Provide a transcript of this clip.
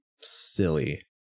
silly